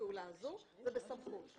הפעולה הזאת זה בסמכות.